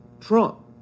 Trump